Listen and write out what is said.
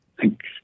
Thanks